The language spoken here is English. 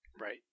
right